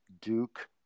duke